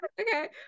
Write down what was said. Okay